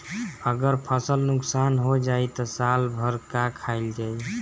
अगर फसल नुकसान हो जाई त साल भर का खाईल जाई